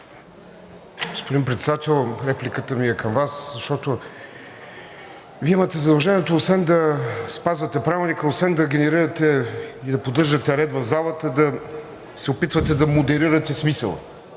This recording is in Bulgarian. Господин Председател, репликата ми е към Вас, защото Вие имате задължението освен да спазвате Правилника, освен да генерирате и да поддържате ред в залата, да се опитвате да модерирате смисъла